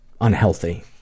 unhealthy